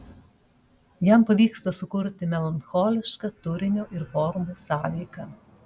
jam pavyksta sukurti melancholišką turinio ir formų sąveiką